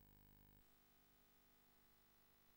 אליעזר מוזס, איננו.